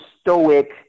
stoic